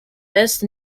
best